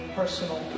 personal